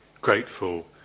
grateful